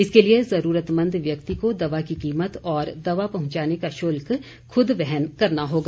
इसके लिए ज़रूरतमंद व्यक्ति को दवा की कीमत और दवा पहुंचाने का शुल्क खुद वहन करना होगा